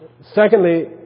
Secondly